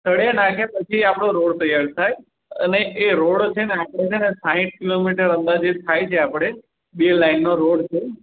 સળિયા નાખ્યા પછી આપણો રોડ તૈયાર થાય અને એ રોડ છે ને સાઠ કિલોમીટર અંદાજિત થાય છે આપણે બે લાઈનનો રોડ છે